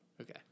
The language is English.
Okay